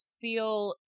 feel